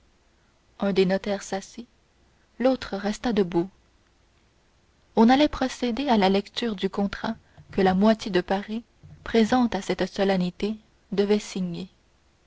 un des notaires s'assit l'autre resta debout on allait procéder à la lecture du contrat que la moitié de paris présente à cette solennité devait signer